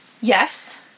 Yes